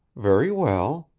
very well.